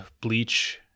bleach